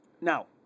Now